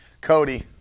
Cody